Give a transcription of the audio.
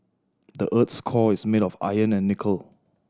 the earth's core is made of iron and nickel